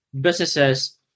businesses